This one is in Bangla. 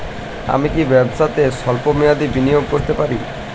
আমি কি ব্যবসাতে স্বল্প মেয়াদি বিনিয়োগ করতে পারি?